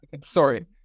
Sorry